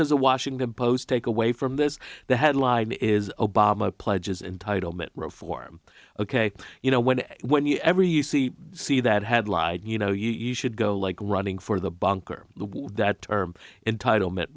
does a washington post take away from this the headline is obama pledges entitlement reform ok you know when when you every you see see that had lied you know you should go like running for the bunker that term entitlement